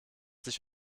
sich